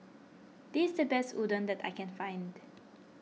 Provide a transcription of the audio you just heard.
this is the best Udon that I can find